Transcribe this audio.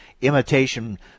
imitation